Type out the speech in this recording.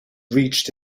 reached